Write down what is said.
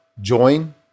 join